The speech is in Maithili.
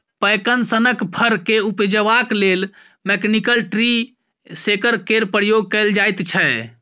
पैकन सनक फर केँ उपजेबाक लेल मैकनिकल ट्री शेकर केर प्रयोग कएल जाइत छै